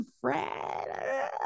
fred